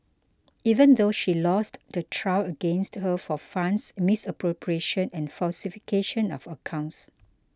even though she lost the trial against her for funds misappropriation and falsification of accounts